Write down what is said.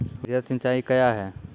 वृहद सिंचाई कया हैं?